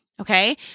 okay